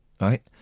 Right